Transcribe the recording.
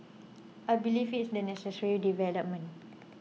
I believe it's a necessary development